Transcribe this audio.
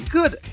Good